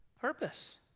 purpose